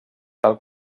del